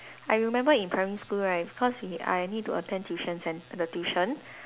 I remember in primary school right because we I need to attend tuition cen~ the tuition